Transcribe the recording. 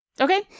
Okay